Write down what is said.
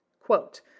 quote